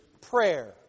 prayer